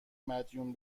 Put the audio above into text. مدیون